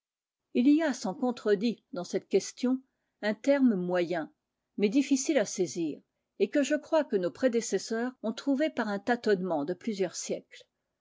il y a sans contredit dans cette question un terme moyen mais difficile à saisir et que je crois que nos prédécesseurs ont trouvé par un tâtonnement de plusieurs siècles